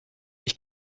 ich